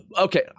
okay